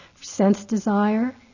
sense-desire